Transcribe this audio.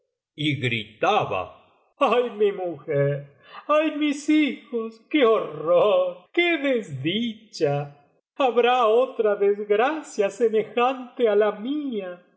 gritaba ay mi mujer ay mis hijos que horror qué desdicha habrá otra desgracia semejante á la mía